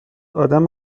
آدم